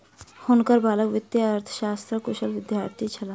हुनकर बालक वित्तीय अर्थशास्त्रक कुशल विद्यार्थी छलाह